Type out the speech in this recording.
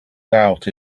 doubt